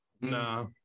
Nah